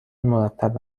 مرتب